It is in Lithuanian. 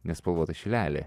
nespalvotą šilelį